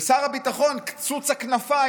ושר הביטחון הראשי קצוץ הכנפיים,